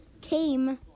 came